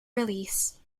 release